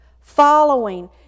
following